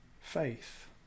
faith